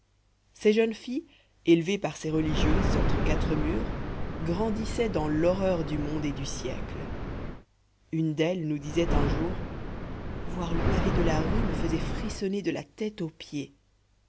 ces jeunes filles élevées par ces religieuses entre quatre murs grandissaient dans l'horreur du monde et du siècle une d'elles nous disait un jour voir le pavé de la rue me faisait frissonner de la tête aux pieds